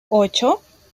ocho